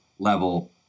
level